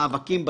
מאבקים בתקשורת.